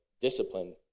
discipline